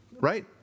Right